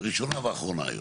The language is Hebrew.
ראשונה ואחרונה היום.